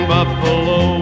Buffalo